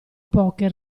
poche